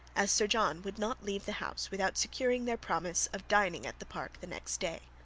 as sir john would not leave the house without securing their promise of dining at the park the next day.